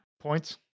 points